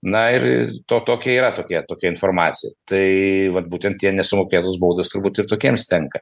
na ir to tokia yra tokie tokia informacija tai vat būtent tie nesumokėtos baudos turbūt ir tokiems tenka